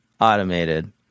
automated